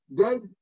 dead